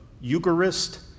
Eucharist